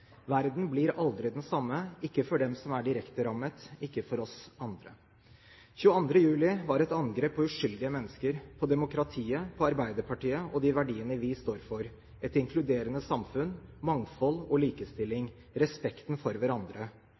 Verden blir aldri den samme – ikke for dem som er direkte rammet, ikke for oss andre. 22. juli var et angrep på uskyldige mennesker, på demokratiet, på Arbeiderpartiet og de verdiene vi står for: et inkluderende samfunn, mangfold og likestilling, respekten for hverandre.